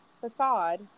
facade